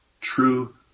true